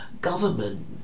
government